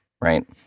right